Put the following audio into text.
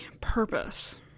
purpose